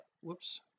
whoops